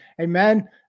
Amen